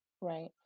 Right